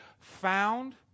found